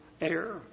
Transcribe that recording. air